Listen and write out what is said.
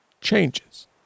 changes